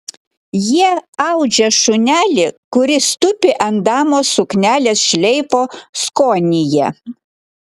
jie audžia šunelį kuris tupi ant damos suknelės šleifo skonyje